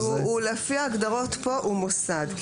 לפי ההגדרות פה הוא מוסד.